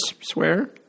swear